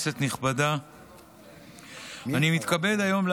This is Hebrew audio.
נעבור לנושא הבא על סדר-היום,